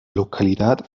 localidad